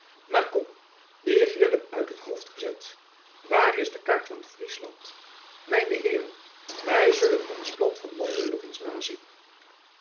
maar kom die grillen uit het hoofd gezet waar is de kaart van friesland mijne heeren wij zullen ons plan van landing nog eens nazien